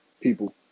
people